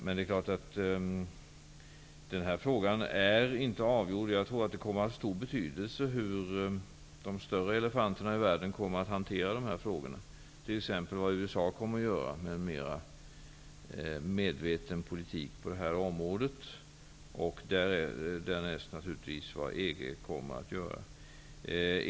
Men denna fråga är inte avgjord. Jag tror att det kommer att ha stor betydelse hur de stora elefanterna i världen kommer att hantera dessa frågor, t.ex. vad USA kommer att göra med en mera medveten politik på det här området och därnäst vad EG kommer att göra.